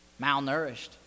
malnourished